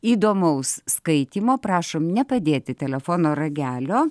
įdomaus skaitymo prašom nepadėti telefono ragelio